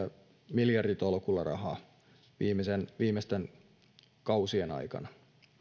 miljarditolkulla rahaa viimeisten viimeisten kausien aikana